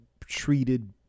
treated